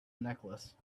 necklace